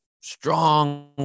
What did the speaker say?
strong